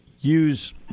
use